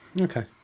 Okay